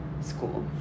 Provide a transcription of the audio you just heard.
school